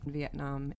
Vietnam